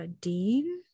Dean